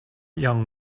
young